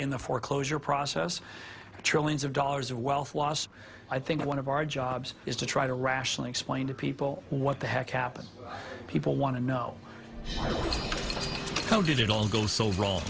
in the foreclosure process trillions of dollars of wealth loss i think one of our jobs is to try to rationally explain to people what the heck happened people want to know how did it all go so wrong